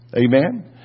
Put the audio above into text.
Amen